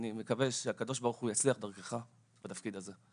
ואני מקווה שהקדוש ברוך הוא יצליח דרכך בתפקיד הזה.